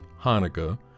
Hanukkah